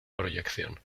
proyección